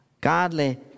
godly